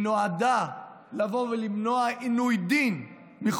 היא נועדה לבוא ולמנוע מכל תושב עינוי דין.